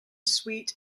sweet